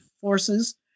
forces